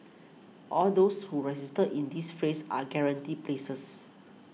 all those who register in this phase are guaranteed places